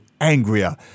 angrier